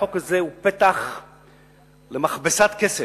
החוק הזה הוא פתח למכבסת כסף.